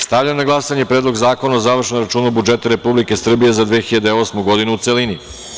Stavljam na glasanje Predlog zakona o završnom računu budžeta Republike Srbije za 2008. godinu, u celini.